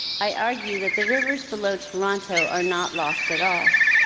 i argue that the rivers below toronto are not lost at all.